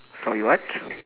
sorry what